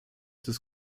des